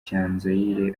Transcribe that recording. cyanzayire